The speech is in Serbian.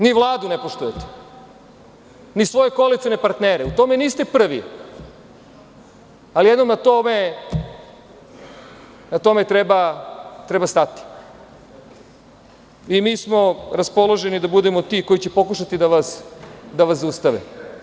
NI vladu ne poštujete, ni svoje koalicione partnere, u tome niste prvi, ali jednom na to treba stati i mi smo raspoloženi da budemo ti koji će pokušati da vas zaustavimo.